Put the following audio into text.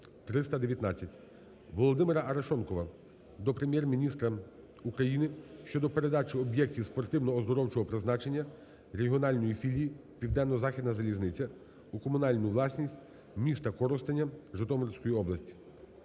319. Володимира Арешонкова до Прем'єр-міністра України щодо передачі об'єктів спортивно-оздоровчого призначення регіональної філії "Південно-Західна залізниця" у комунальну власність міста Коростеня Житомирської області.